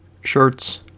shirts